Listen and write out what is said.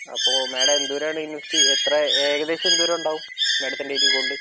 അപ്പോൾ മാഡം എന്തോരമാണ് ഇൻവെസ്റ്റ് ചെയ്യാൻ എത്ര ഏകദേശം എന്തോരം ഉണ്ടാവും മാഡത്തിൻ്റെ കയ്യിൽ ഗോൾഡ്